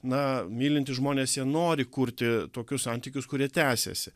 na mylintys žmonės jie nori kurti tokius santykius kurie tęsiasi